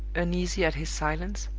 uneasy at his silence,